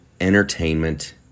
entertainment